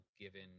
given